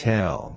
Tell